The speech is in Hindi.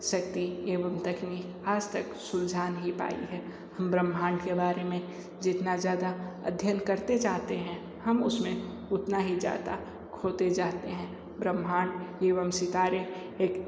शक्ति एवं तकनीक आज तक सुलझा नहीं पाई है हम ब्रह्मांड के बारे में जितना ज़्यादा अध्ययन करते जाते हैं हम उस में उतना ही ज़्यादा खोते जाते हैं ब्रह्मांड एवं सितारें एक